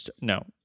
No